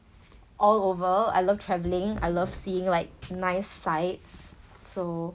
all over I love traveling I love seeing like nice sights so